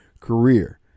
career